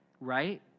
right